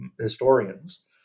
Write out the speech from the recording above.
historians